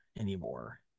anymore